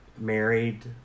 married